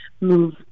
move